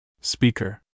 Speaker